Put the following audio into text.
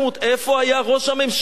איפה היה ראש הממשלה?